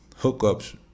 hookups